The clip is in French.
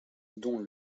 dont